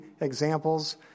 examples